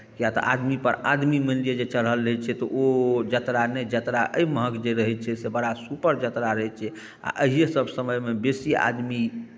किआक तऽ आदमीपर आदमी मानि लिअ जे चढ़ल रहै छै तऽ ओ यात्रा नहि यात्रा एहि महक जे रहै छै से बड़ा सुपर यात्रा रहै छै आ अहिए सभ समयमे बेसी आदमी